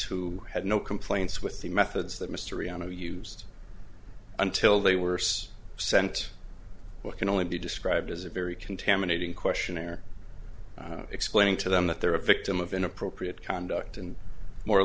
who had no complaints with the methods that mystery on a used until they were sent what can only be described as a very contaminating questionnaire explaining to them that they're a victim of inappropriate conduct and more or